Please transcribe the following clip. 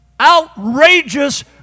outrageous